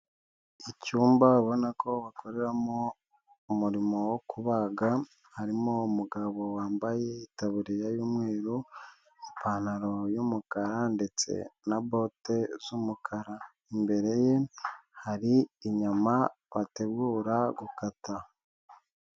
Icyumba babona ko bakoreramo umurimo wo kubaga, harimo umugabo wambaye itaburiya y'umweru, ipantaro yumukara ndetse na bote z'umukara. Imbere ye hari inyama bategura gukata.